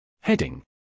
Heading